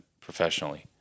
professionally